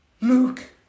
Luke